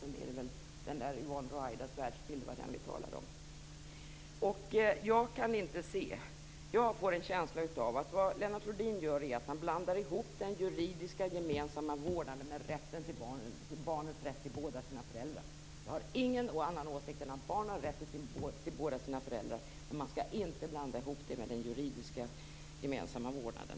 Sådan är misshandelsfrekvensen. Vi talade ju om Yvonne Ruwaidas världsbild. Jag får en känsla av att det Lennart Rohdin gör är att han blandar ihop den juridiska gemensamma vårdnaden med barnens rätt till båda sina föräldrar. Jag har ingen annan åsikt än att barn har rätt till båda sina föräldrar. Men man skall inte blanda ihop det med den juridiska gemensamma vårdnaden.